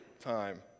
time